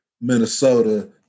Minnesota